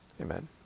amen